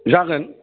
जागोन